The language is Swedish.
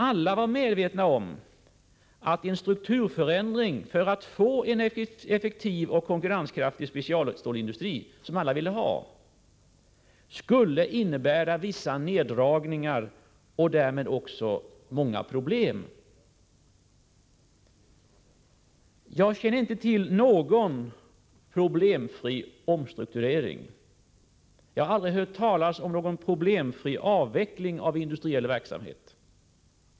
Alla var medvetna om att en strukturförändring — syftande till en effektiv och konkurrenskraftig specialstålsindustri, som alla ville ha — skulle innebära vissa neddragningar och därmed även många problem. Jag känner inte till någon problemfri omstrukturering. Jag har aldrig hört talas om någon problemfri avveckling av industriell verksamhet.